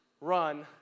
Run